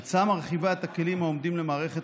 ההצעה מרחיבה את הכלים העומדים לרשות מערכת